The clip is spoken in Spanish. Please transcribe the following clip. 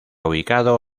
ubicado